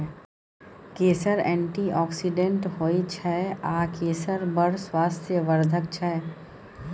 केसर एंटीआक्सिडेंट होइ छै आ केसर बड़ स्वास्थ्य बर्धक छै